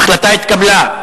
ההחלטה אושרה.